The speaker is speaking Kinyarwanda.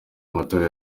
amatora